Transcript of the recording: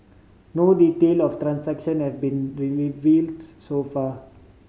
no detail of the transaction have been revealed so far